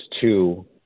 two